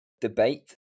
debate